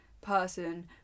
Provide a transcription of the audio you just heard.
person